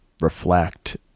reflect